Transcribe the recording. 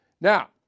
Now